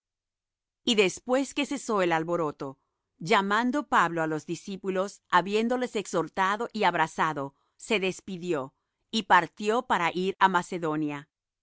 y después que cesó el alboroto llamando pablo á los discípulos habiéndoles exhortado y abrazado se despidió y partió para ir á macedonia